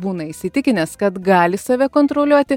būna įsitikinęs kad gali save kontroliuoti